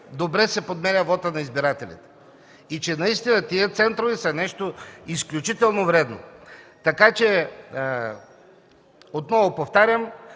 най-добре се подменя вотът на избирателите и че наистина тези центрове са нещо изключително вредно. Така че отново повтарям,